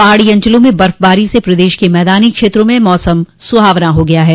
पहाड़ी अंचलों में बर्फ़बारी से प्रदेश के मैदानी क्षेत्रों में मौसम सुहावना हो गया है